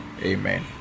Amen